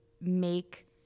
make